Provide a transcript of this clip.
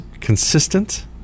consistent